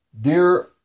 Dear